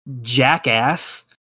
Jackass